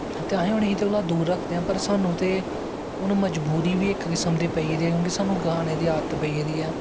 ते अस उनेंगी एह्दे कोला दा दूर रखदे आं पर साह्नू ते मजबूरी बी िक किस्म दी पेी गेदी ऐ साह्नू गाने दी आदत पेई गेदी ऐ